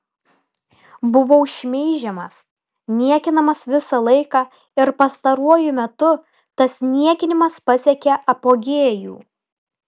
buvau šmeižiamas niekinamas visą laiką ir pastaruoju metu tas niekinimas pasiekė apogėjų